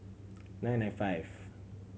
nine nine five